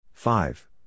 Five